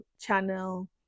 channel